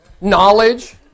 Knowledge